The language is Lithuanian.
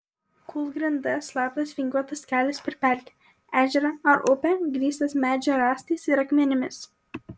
kūlgrinda slaptas vingiuotas kelias per pelkę ežerą ar upę grįstas medžio rąstais ir akmenimis